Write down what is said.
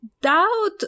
doubt